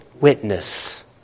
witness